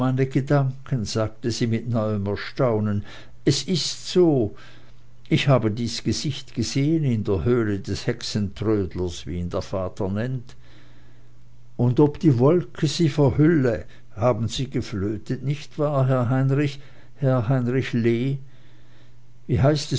gedanken sagte sie mit neuem erstaunen es ist so ich habe dies gesicht gesehen in der höhle des hexentrödlers wie ihn der vater nennt und ob die wolke sie verhülle haben sie geflötet nicht wahr herr heinrich herr heinrich lee wie heißt es